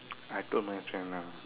I told my